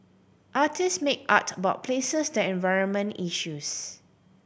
artist make art about places the environment issues